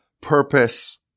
purpose